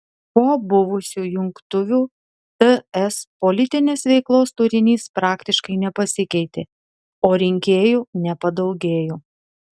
po buvusių jungtuvių ts politinės veiklos turinys praktiškai nepasikeitė o rinkėjų nepadaugėjo